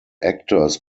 actors